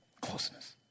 Closeness